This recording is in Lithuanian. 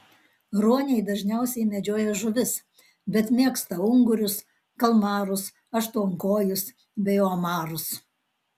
ruoniai dažniausiai medžioja žuvis bet mėgsta ungurius kalmarus aštuonkojus bei omarus